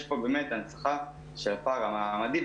יש פה באמת הנצחה של הפער המעמדי.